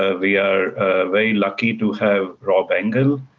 ah we are very luck to have rob engle,